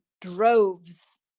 droves